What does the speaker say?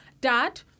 Dad